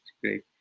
great